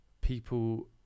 people